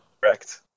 Correct